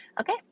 Okay